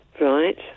Right